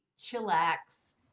chillax